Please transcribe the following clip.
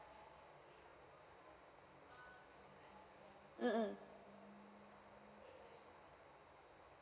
mm mm